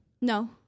No